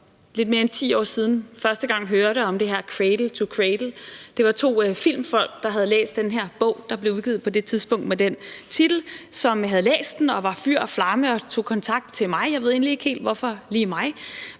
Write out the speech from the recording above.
lidt mere end 10 år siden første gang hørte om det her cradle to cradle, var det, fordi to filmfolk havde læst den bog, der blev udgivet på det tidspunkt, og som havde den titel. De havde læst den og var fyr og flamme og tog kontakt til mig. Jeg ved egentlig ikke helt, hvorfor det lige